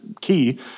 key